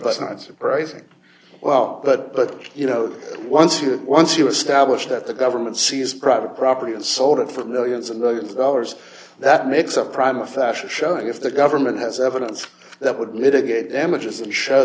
that's not surprising well but you know once you once you establish that the government seize private property and sold it for millions and millions of dollars that makes of crime a fashion show and if the government has evidence that would mitigate damages and show